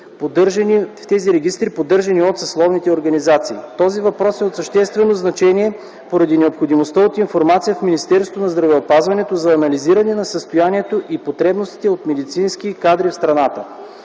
с регистрите, поддържани от съсловните организации. Този въпрос е от съществено значение поради необходимостта от информация в Министерство на здравеопазването за анализиране на състоянието и потребностите от медицински кадри в страната.